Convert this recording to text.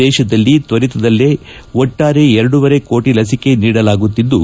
ದೇಶದಲ್ಲಿ ತ್ವರಿತದಲ್ಲೇ ಒಟ್ಟಾರೆ ಎರಡೂವರೆ ಕೋಟಿ ಲಸಿಕೆ ನೀಡಲಾಗುತ್ತಿದ್ದು